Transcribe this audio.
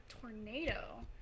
tornado